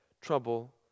trouble